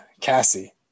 Cassie